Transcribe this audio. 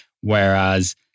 whereas